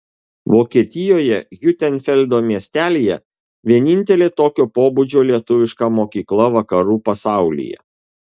vokietijoje hiutenfeldo miestelyje vienintelė tokio pobūdžio lietuviška mokykla vakarų pasaulyje